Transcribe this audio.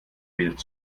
bild